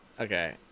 Okay